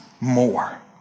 more